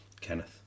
Kenneth